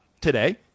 today